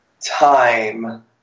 time